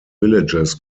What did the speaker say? villages